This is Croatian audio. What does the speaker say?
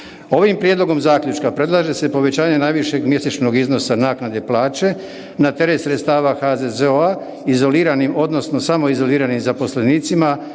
Ovim prijedlogom zaključka predlaže se povećanje najvišeg mjesečnog iznosa naknade plaće na teret sredstava HZZO-a izoliranim odnosno samoizoliranim zaposlenicima